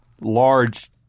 large